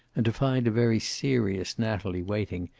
and to find a very serious natalie waiting,